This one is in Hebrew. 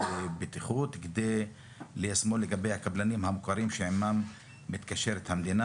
בטיחות כדי ליישמו לגבי הקבלנים המוכרים שעימם מתקשרת המדינה.